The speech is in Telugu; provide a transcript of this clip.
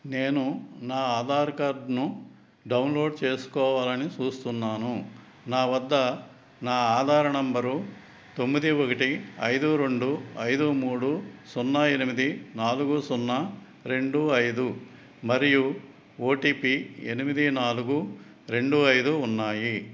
నేను నా ఆధార్ కార్డ్ను డౌన్లోడ్ చేసుకోవాలని చూస్తున్నాను నా వద్ద నా ఆధార్ నెంబరు తొమ్మిది ఒకటి ఐదు రెండు ఐదు మూడు సున్నా ఎనిమిది నాలుగు సున్నా రెండు ఐదు మరియు ఓ టీ పీ ఎనిమిది నాలుగు రెండు ఐదు ఉన్నాయి